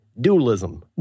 Dualism